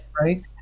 Right